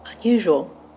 unusual